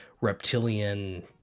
reptilian